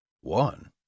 One